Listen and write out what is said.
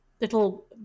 little